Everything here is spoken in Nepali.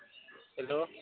हेलो